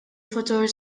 futur